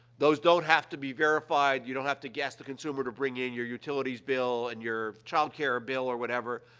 those don't have to be verified. you don't have to ask the consumer to bring in your utilities bill and your child care bill or whatever.